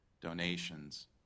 donations